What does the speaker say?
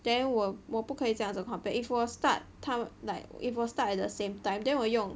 then 我我不可以这样子 compare if 我 start 它 like if 我 start at the same time then 我用